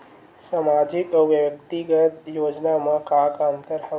सामाजिक अउ व्यक्तिगत योजना म का का अंतर हवय?